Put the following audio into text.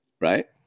Right